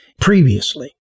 previously